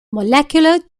molecular